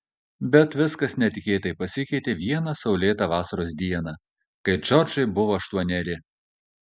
bet viskas netikėtai pasikeitė vieną saulėtą vasaros dieną kai džordžai buvo aštuoneri